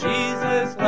Jesus